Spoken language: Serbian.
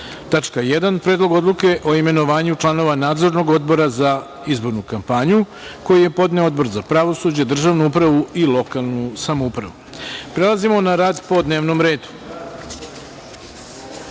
d:1. Predlog odluke o imenovanju članova Nadzornog odbora za izbornu kampanju, koji je podneo Odbor za pravosuđe, državnu upravu i lokalnu samoupravu. Prelazimo na rad po dnevnom redu. Molim